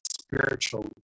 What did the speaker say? spiritual